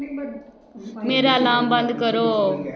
मेरा अलार्म बंद करो